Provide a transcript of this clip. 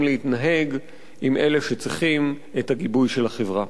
להתנהג עם אלה שצריכים את הגיבוי של החברה.